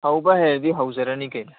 ꯍꯧꯕ ꯍꯩꯔꯗꯤ ꯍꯧꯖꯔꯅꯤ ꯀꯩꯅꯣ